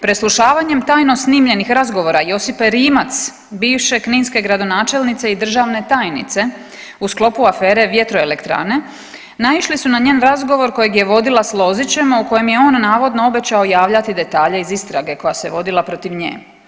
Preslušavanjem tajno snimljenih razgovora Josipe Rimac bivše kninske gradonačelnice i državne tajnice u sklopu afere vjetroelektrane naišli su na njen razgovor kojeg je vodila s Lozićem, a u kojem je on navodno obećao javljati detalje iz istrage koja se vodila protiv nje.